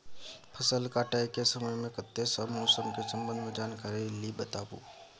फसल काटय के समय मे कत्ते सॅ मौसम के संबंध मे जानकारी ली बताबू?